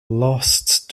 lost